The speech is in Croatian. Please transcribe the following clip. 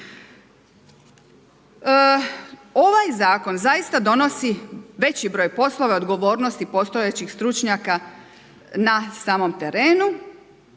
Ovaj zakon zaista donosi veći broj poslova i odgovornosti postojećih stručnjaka na samom terenu.